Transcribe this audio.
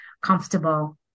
comfortable